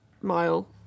mile